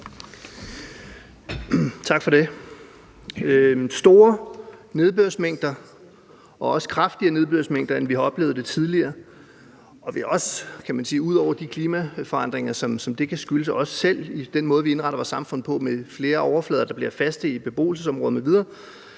Tak for det. Vi oplever store og også kraftigere nedbørsmængder, end vi har oplevet hidtil. Det kan skyldes klimaforandringer, og vi er også selv i den måde, vi indretter vores samfund på – med flere overflader, der bliver faste, i beboelsesområder m.v.